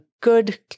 Good